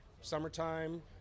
summertime